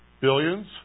Billions